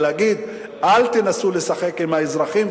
ולהגיד: אל תנסו לשחק עם האזרחים,